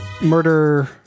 murder